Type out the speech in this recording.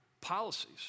policies